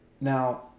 now